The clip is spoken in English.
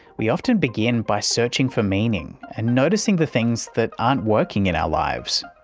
we often begin by searching for meaning and noticing the things that aren't working in our lives.